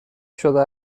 شده